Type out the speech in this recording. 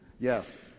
Yes